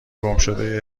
گمشده